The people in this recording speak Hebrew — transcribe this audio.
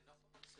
לא תכנית